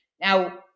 Now